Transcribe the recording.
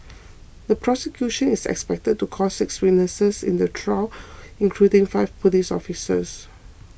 the prosecution is expected to call six witnesses in the trial including five police officers